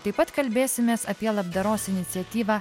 taip pat kalbėsimės apie labdaros iniciatyvą